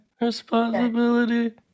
responsibility